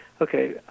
Okay